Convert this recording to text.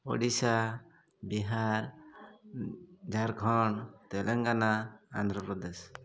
Odisha Bihar Jharkhand Telangana Andhra Pradesh